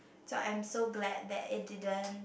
so I'm so glad that it didn't